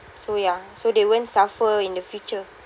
so ya so they won't suffer in the future